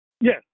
yes